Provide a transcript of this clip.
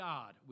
God